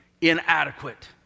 Inadequate